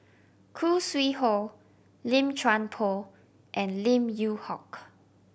Khoo Sui Hoe Lim Chuan Poh and Lim Yew Hock